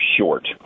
short